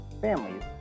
families